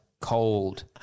cold